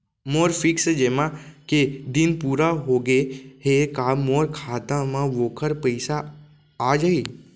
मोर fix जेमा के दिन पूरा होगे हे का मोर खाता म वोखर पइसा आप जाही?